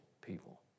people